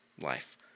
life